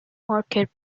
market